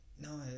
no